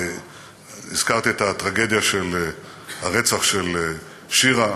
הזכרת את הטרגדיה של הרצח של שירה.